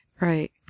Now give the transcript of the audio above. Right